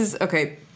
okay